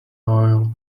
oil